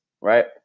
right